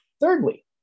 Thirdly